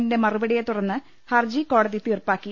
ന്റെ മറുപടിയെ തുടർന്ന് ഹർജി കോടതി തീർപ്പാക്കി